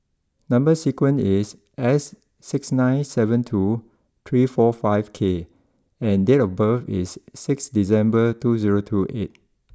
number sequence is S six nine seven two three four five K and date of birth is six December two zero two eight